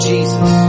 Jesus